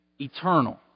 eternal